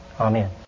Amen